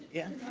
yeah.